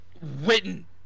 written